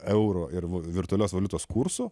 euro ir virtualios valiutos kursų